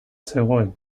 zegoen